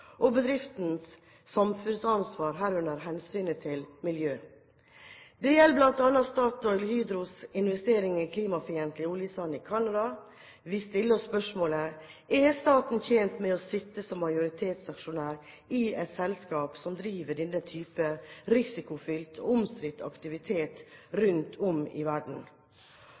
og bedrifters samfunnsansvar, herunder hensynet til miljø. Det gjelder bl.a. StatoilHydros investering i klimafiendtlig oljesand i Canada. Vi stiller oss spørsmålet: Er staten tjent med å sitte som majoritetsaksjonær i et selskap som driver denne type risikofylt og omstridt aktivitet rundt om i verden?